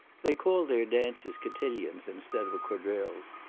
they call their dances cotillions instead of quadrilles,